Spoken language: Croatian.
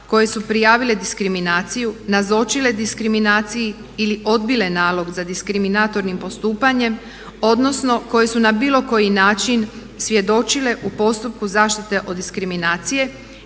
koje su prijavile diskriminaciju, nazočile diskriminaciji ili odbile nalog za diskriminatornim postupanjem odnosno koje su na bilo koji način svjedočile u postupku zaštite od diskriminacije